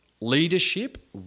leadership